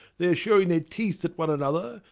they are showing their teeth at one another,